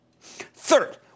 Third